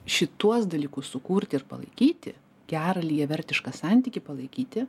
šituos dalykus sukurti ir palaikyti gerą lygiavertišką santykį palaikyti